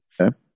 Okay